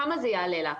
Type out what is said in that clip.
כמה זה יעלה לה?